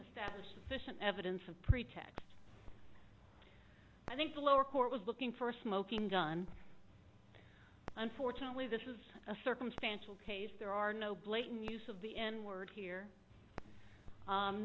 statistician evidence of pretext i think the lower court was looking for a smoking gun unfortunately this is a circumstantial case there are no blatant use of the n word here